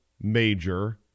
major